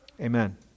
Amen